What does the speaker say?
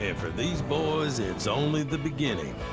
ah for these boys, it's only the beginning.